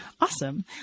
Awesome